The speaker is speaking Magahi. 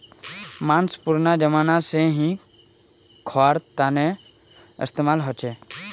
माँस पुरना ज़माना से ही ख्वार तने इस्तेमाल होचे